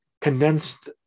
condensed